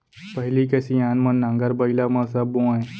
पहिली के सियान मन नांगर बइला म सब बोवयँ